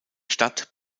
stadt